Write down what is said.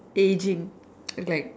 daydream like